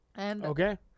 Okay